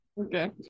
Okay